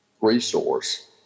resource